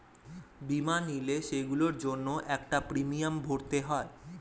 বীমা নিলে, সেগুলোর জন্য একটা প্রিমিয়াম ভরতে হয়